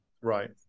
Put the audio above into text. right